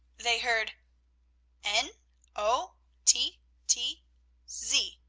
they heard n o t t z.